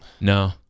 No